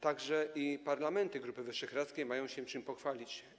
Także parlamenty Grupy Wyszehradzkiej mają się czym pochwalić.